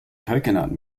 coconut